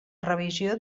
revisió